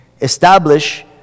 establish